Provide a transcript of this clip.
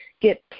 get